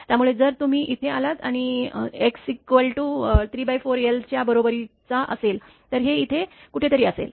त्यामुळे जर तुम्ही इथे आलात आणि एक्स 34l च्या बरोबरीचा असेल तर ते इथे कुठेतरी असेल